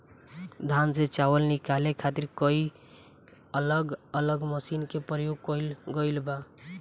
धान से चावल निकाले खातिर कई अलग अलग मशीन के प्रयोग कईल गईल बा